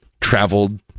traveled